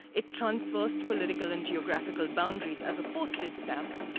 it transversed political and geographical boundaries as a postage stamp.